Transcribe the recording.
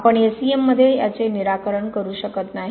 आपण SEM मध्ये याचे निराकरण करू शकत नाही